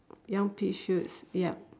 young pea shoots yup